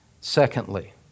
secondly